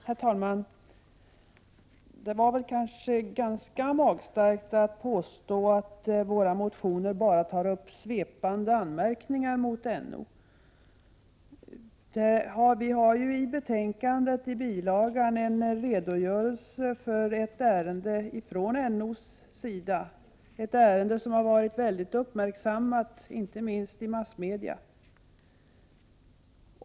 Herr talman! Det var väl ganska magstarkt att påstå att våra motioner bara tar upp svepande anmärkningar mot NO. I en bilaga till betänkandet har vi ju en redogörelse för ett ärende hos NO. Ärendet i fråga har varit mycket uppmärksammat, inte minst i massmedia.